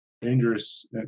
dangerous